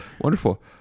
Wonderful